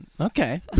Okay